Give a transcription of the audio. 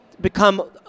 become